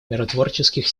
миротворческих